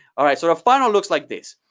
sort of funnel looks like this.